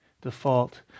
default